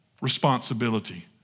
responsibility